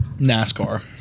nascar